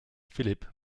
philipp